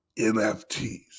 NFTs